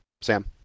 Sam